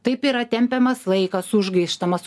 taip yra tempiamas laikas užgaištamas